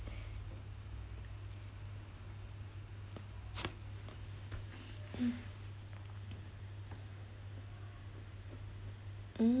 mm mm